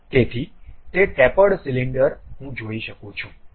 તેથી તે tapered cylinder હું જોઈ શકું છું